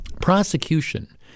prosecution